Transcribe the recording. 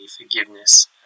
Forgiveness